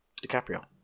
DiCaprio